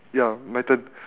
ya my turn